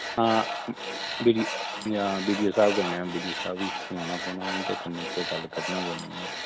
हां B D हां B D O स्हाब कन्नै बी डी ओ स्हाब गी सनाना पोना उंदे कन्नै इक्कै गल्ल करनी पौनी